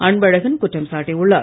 அன்பழகன் குற்றம் சாட்டியுள்ளார்